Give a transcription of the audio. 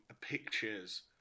pictures